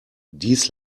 dies